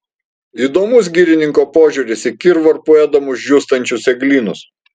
įdomus girininko požiūris į kirvarpų ėdamus džiūstančius eglynus